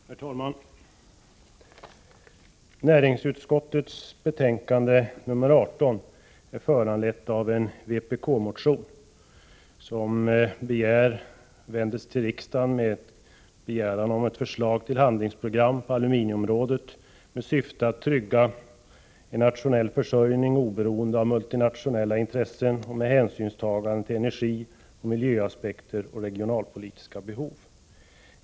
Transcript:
Herr talman! Näringsutskottets betänkande 18 är föranlett av en vpkmotion, där man vänder sig till riksdagen med en begäran om förslag till handlingsprogram på aluminiumområdet, med syfte att trygga en nationell försörjning oberoende av multinationella intressen och med hänsynstagande till energi, miljöaspekter och regionalpolitiska behov.